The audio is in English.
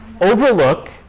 overlook